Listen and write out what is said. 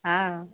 हँ